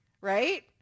right